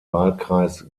wahlkreis